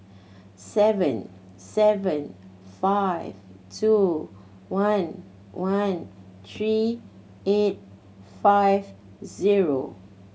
seven seven five two one one three eight five zero